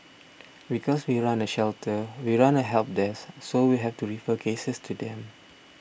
because we run a shelter we run a help desk so we have to refer cases to them